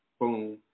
Boom